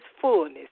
fullness